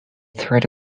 threat